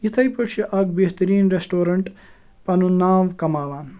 یِتھے پٲٹھۍ چھُ اَکھ بہتریٖن ریٚسٹورَنٹ پَنُن ناو کَماوان